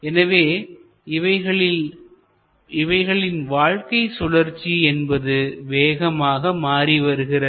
எனவே இவைகளின் வாழ்க்கை சுழற்சி என்பது வேகமாக மாறி வருகிறது